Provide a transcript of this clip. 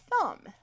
thumb